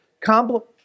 Compliment